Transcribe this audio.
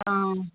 ಆಂ